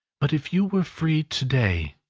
but if you were free to-day,